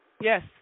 Yes